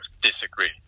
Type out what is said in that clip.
disagree